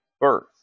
birth